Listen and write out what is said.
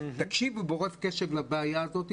תקשיבו ברוב קשב לבעיה הזאת,